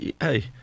Hey